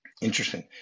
Interesting